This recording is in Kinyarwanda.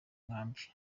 nkambi